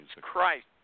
Christ